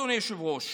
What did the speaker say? אדוני היושב-ראש?